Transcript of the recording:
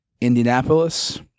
Indianapolis